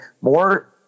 more